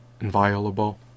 inviolable